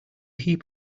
heap